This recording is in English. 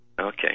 Okay